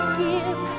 give